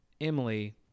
Emily